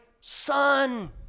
son